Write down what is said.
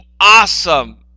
awesome